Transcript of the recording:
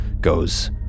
goes